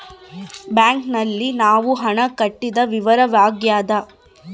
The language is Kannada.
ಬ್ಯಾಂಕ್ ನಲ್ಲಿ ನಾವು ಹಣ ಕಟ್ಟಿದ ವಿವರವಾಗ್ಯಾದ